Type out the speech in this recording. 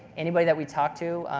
anybody that we talk to.